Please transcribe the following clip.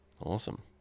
Awesome